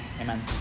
amen